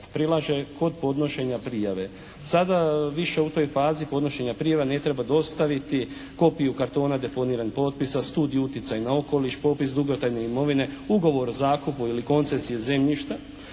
prilaže kod podnošenja prijave. Sada više u toj fazi podnošenja prijava ne treba dostaviti kopiju kartona deponiranih potpisa, studiju utjecaj na okoliš, popis dugotrajne imovine, ugovor o zakupu ili koncesije zemljišta,